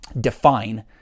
define